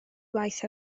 waith